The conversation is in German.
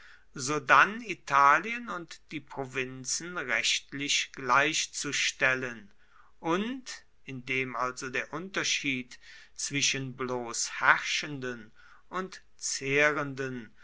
sodann italien und die provinzen rechtlich gleichzustellen und indem also der unterschied zwischen bloß herrschenden und zehrenden